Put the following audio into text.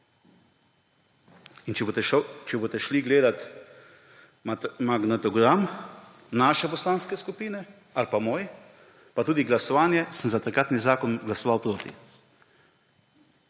In če boste pogledali magnetogram naše poslanke skupine ali pa moj pa tudi glasovanje, sem pri takratnem zakonu glasoval proti.